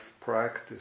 practice